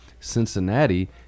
Cincinnati